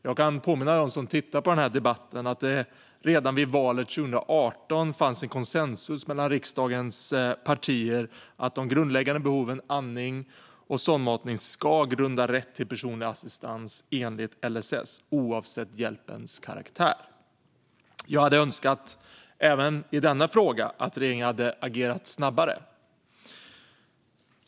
Jag kan påminna dem som tittar på debatten om att det redan vid valet 2018 fanns en konsensus mellan riksdagens partier om att de grundläggande behoven andning och sondmatning ska utgöra grund för rätt till personlig assistans enligt LSS, oavsett hjälpens karaktär. Jag hade önskat att regeringen hade agerat snabbare även i denna fråga.